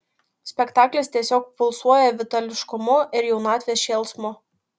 spektaklis tiesiog pulsuoja vitališkumu ir jaunatvės šėlsmu